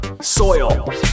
Soil